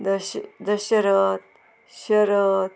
दश दशरात शरत